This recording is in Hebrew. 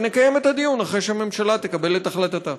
ונקיים את הדיון אחרי שהממשלה תקבל את החלטתה.